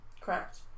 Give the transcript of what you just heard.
Correct